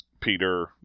Peter